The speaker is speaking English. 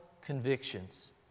convictions